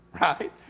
right